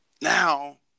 Now